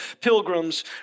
Pilgrim's